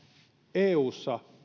eussa